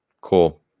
Cool